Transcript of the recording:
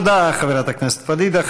תודה, חברת הכנסת פדידה.